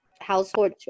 household